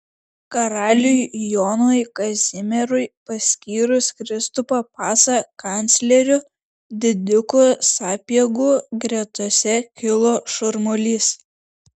karaliui jonui kazimierui paskyrus kristupą pacą kancleriu didikų sapiegų gretose kilo šurmulys